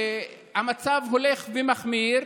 המצב הולך ומחמיר,